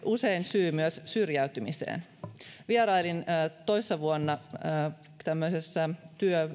usein syy myös syrjäytymiseen vierailin toissa vuonna tämmöisessä